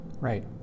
Right